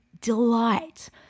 delight